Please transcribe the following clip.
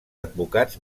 advocats